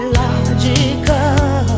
logical